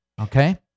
okay